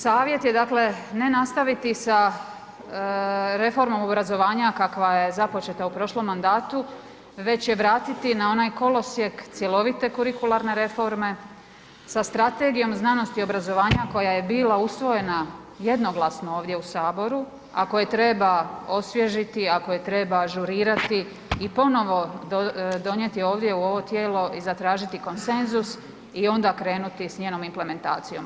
Savjet je, dakle, ne nastaviti sa reformom obrazovanja kakva je započeta u prošlom mandatu već je vratiti na onaj kolosijek cjelovite kurikularne reforme sa strategijom znanosti i obrazovanja koja je bila usvojena jednoglasno ovdje u Saboru, ako je treba osvježiti, ako je treba ažurirati i ponovno donijeti ovdje u ovo tijelo i zatražiti konsenzus i onda krenuti sa njenom implementacijom.